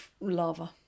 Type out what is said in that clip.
lava